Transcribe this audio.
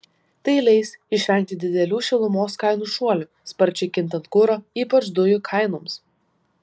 tai leis išvengti didelių šilumos kainų šuolių sparčiai kintant kuro ypač dujų kainoms